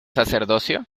sacerdocio